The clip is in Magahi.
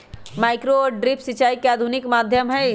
माइक्रो और ड्रिप सिंचाई के आधुनिक माध्यम हई